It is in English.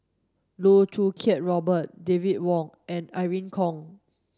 Loh Choo Kiat Robert David Wong and Irene Khong